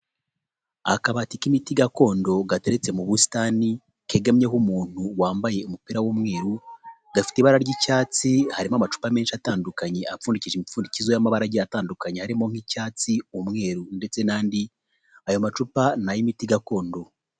Akabati k'imiti gakondo gateretse mu busitani kegamyeho umuntu wambaye umupira w'umweru, gafite ibara ry'icyatsi harimo amacupa menshi atandukanye apfundikije igipfundikizo y'amabara agiye atandukanye harimo nk'icyatsi umweru ndetse n'andi, ayo macupa ni ay'imiti gakondo.